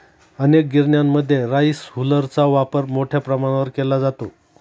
अनेक गिरण्यांमध्ये राईस हुलरचा वापर मोठ्या प्रमाणावर केला जातो